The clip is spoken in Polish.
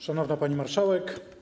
Szanowna Pani Marszałek!